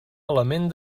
element